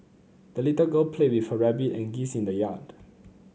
the little girl played with her rabbit and geese in the yard